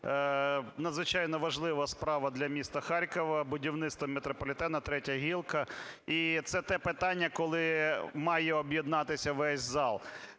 Надзвичайно важлива справа для міста Харкова – будівництво метрополітену, третя гілка. І це те питання, коли має об'єднатися весь зал.